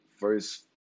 First